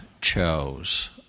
chose